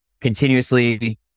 continuously